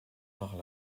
par